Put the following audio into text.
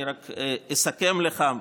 אסכם לך,